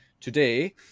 today